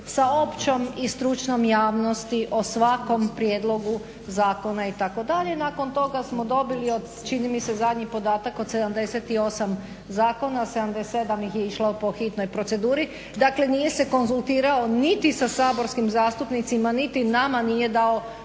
sa općom i stručnom javnosti o svakom prijedlogu zakona itd. Nakon toga smo dobili od čini mi se zadnji podatak od 78 zakona, 77 ih je išlo po hitnoj proceduri. Dakle, nije se konzultirao niti sa saborskim zastupnicima, niti nama nije dao